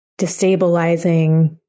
destabilizing